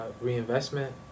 reinvestment